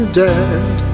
dead